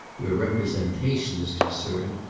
where representation is concerned,